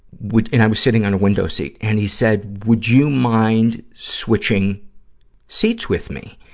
would and i was sitting on a window seat. and he said, would you mind switching seats with me?